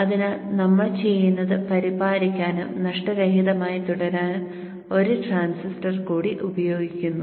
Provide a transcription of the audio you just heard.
അതിനാൽ നമ്മൾ ചെയ്യുന്നത് പരിപാലിക്കാനും നഷ്ടരഹിതമായി തുടരാനും ഒരു ട്രാൻസിസ്റ്റർ കൂടി ഉപയോഗിക്കുന്നു